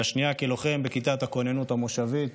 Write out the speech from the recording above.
והשנייה כלוחם בכיתת הכוננות המושבית.